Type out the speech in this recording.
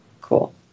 Cool